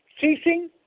ceasing